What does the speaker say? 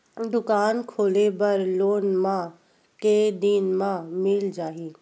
दुकान खोले बर लोन मा के दिन मा मिल जाही?